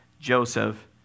Joseph